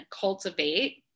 cultivate